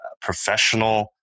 professional